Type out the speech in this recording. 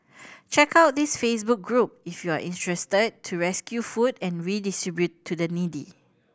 check out this Facebook group if you are interested to rescue food and redistribute to the needy